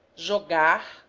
jogar,